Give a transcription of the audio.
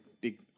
big